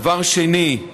דבר שני,